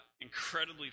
incredibly